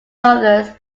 others